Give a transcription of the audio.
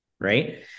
right